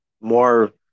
more